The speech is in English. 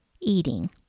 eating